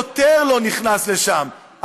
שוטר לא נכנס לשם,